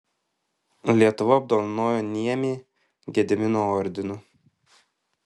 lietuva apdovanojo niemį gedimino ordinu